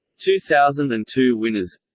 two thousand and two winners